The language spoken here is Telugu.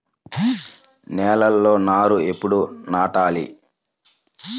నేలలో నారు ఎప్పుడు నాటాలి?